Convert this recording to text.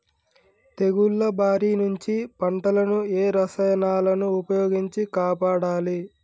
తెగుళ్ల బారి నుంచి పంటలను ఏ రసాయనాలను ఉపయోగించి కాపాడాలి?